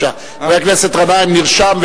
חבר הכנסת גנאים נרשם,